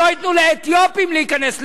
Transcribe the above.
שלא ייתנו לאתיופים להיכנס לעיר,